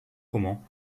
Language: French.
froment